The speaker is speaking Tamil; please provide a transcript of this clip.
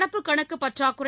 நடப்புக் கணக்கு பற்றாக்குறை